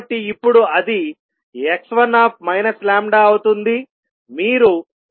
కాబట్టి ఇప్పుడు అది x1 λఅవుతుంది